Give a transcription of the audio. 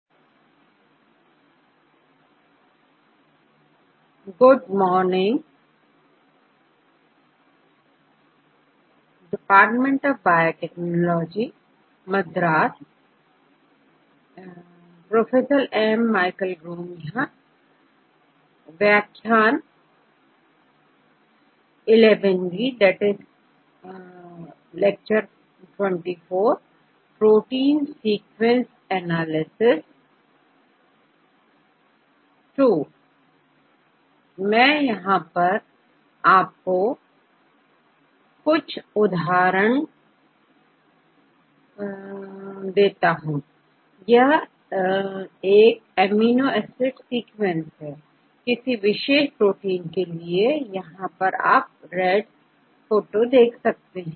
तो मैं आपको कुछ उदाहरण देता हूं यह एक अमीनो एसिड सीक्वेंस किसी विशेष प्रोटीन के लिए है आप यहां रेड फोंट देख रहे हैं